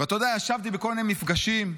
ישבתי בכל מיני מפגשים,